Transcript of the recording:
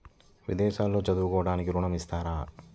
విదేశాల్లో చదువుకోవడానికి ఋణం ఇస్తారా?